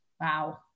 Wow